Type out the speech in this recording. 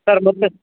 sir ಮೊದಲೇ